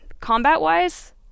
combat-wise